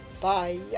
Bye